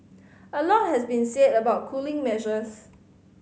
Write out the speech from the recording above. a lot has been said about cooling measures